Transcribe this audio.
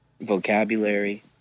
vocabulary